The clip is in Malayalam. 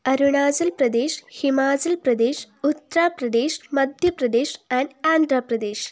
അരുണാചൽപ്രദേശ് ഹിമാചൽപ്രദേശ് ഉത്തർപ്രദേശ് മദ്ധ്യപ്രദേശ് ആൻഡ് ആന്ധ്രാപ്രദേശ്